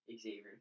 Xavier